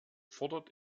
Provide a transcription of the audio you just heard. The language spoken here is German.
fordert